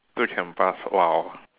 still can pass !wow!